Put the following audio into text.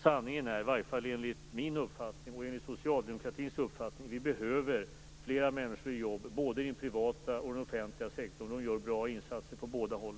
Sanningen är, i varje fall enligt min och socialdemokratins uppfattning, att vi behöver fler människor i jobb både i den privata och i den offentliga sektorn. De gör bra insatser på båda håll.